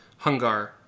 hungar